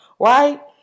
right